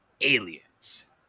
aliens